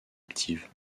active